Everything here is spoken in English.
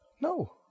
No